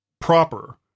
proper